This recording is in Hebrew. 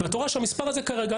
ואתה רואה שהמספר הזה כרגע,